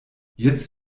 jetzt